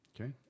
Okay